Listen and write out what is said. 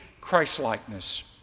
Christ-likeness